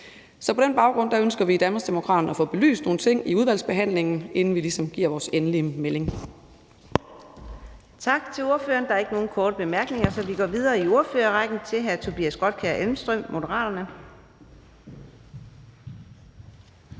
vi i Danmarksdemokraterne at få belyst nogle ting i udvalgsbehandlingen, inden vi ligesom giver vores endelige melding.